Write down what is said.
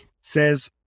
says